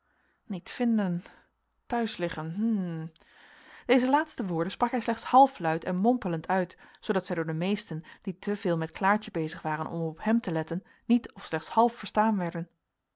van den drost zeeroof inbreken jaco niet vinden thuis liggen hm deze laatste woorden sprak hij slechts halfluid en mompelend uit zoodat zij door de meesten die te veel met klaartje bezig waren om op hem te letten niet of slechts half verstaan werden